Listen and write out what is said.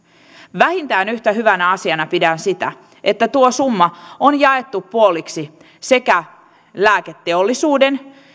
vähintään yhtä hyvänä asiana pidän sitä että tuo summa on jaettu puoliksi lääketeollisuuden